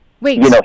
wait